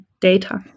data